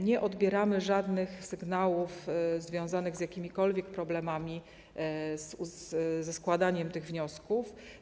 Nie odbieramy żadnych sygnałów związanych z jakimikolwiek problemami ze składaniem tych wniosków.